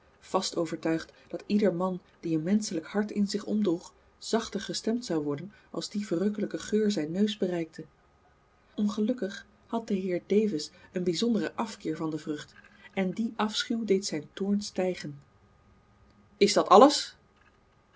vast overtuigd dat ieder man die een menschelijk hart in zich omdroeg zachter gestemd zou worden als die verrukkelijke geur zijn neus bereikte ongelukkig had de heer davis een bijzonderen afkeer van de vrucht en die afschuw deed zijn toorn stijgen is dat alles